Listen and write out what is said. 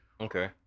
Okay